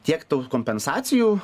tiek tų kompensacijų